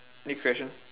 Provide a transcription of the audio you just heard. next question